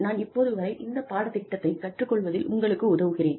நான் இப்போது வரை இந்த பாடத்திட்டத்தை கற்றுக் கொள்வதில் உங்களுக்கு உதவுகிறேன்